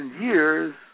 years